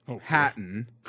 Hatton